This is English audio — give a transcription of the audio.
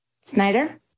Snyder